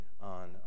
on